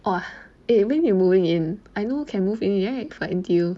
!wah! eh when you moving in I know can move in yet for N_T_U